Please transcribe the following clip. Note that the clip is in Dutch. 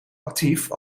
actief